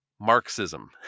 Marxism